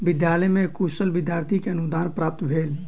विद्यालय में कुशल विद्यार्थी के अनुदान प्राप्त भेल